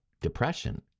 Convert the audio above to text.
depression